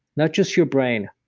not just your brain.